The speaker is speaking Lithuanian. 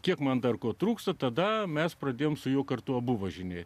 kiek man dar ko trūksta tada mes pradėjome su juo kartu abu važinėti